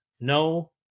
no